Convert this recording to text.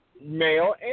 male